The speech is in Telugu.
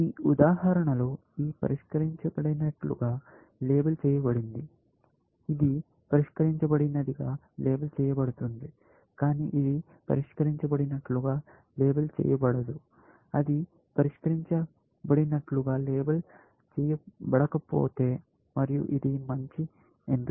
ఈ ఉదాహరణలో ఇది పరిష్కరించబడినట్లుగా లేబుల్ చేయబడింది ఇది పరిష్కరించబడినదిగా లేబుల్ చేయబడుతుంది కానీ ఇది పరిష్కరించబడినట్లుగా లేబుల్ చేయబడదు అది పరిష్కరించబడినట్లుగా లేబుల్ చేయబడకపోతే మరియు ఇది మంచి ఎంపిక